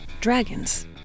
dragons